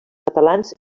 catalans